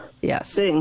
Yes